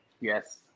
yes